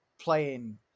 playing